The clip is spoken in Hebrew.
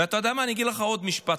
ואתה יודע מה, אני אגיד לך עוד משפט.